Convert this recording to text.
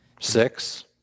Six